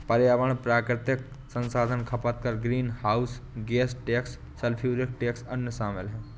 पर्यावरण प्राकृतिक संसाधन खपत कर, greenhouse gas tax, sulphuric tax, अन्य शामिल हैं